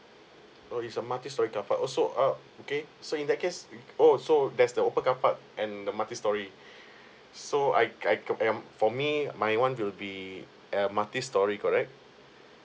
oh it's a multi storey carpark also uh okay so in that case oh so that's the open car park and the multi storey so I I called um for me my one will be uh multi storey correct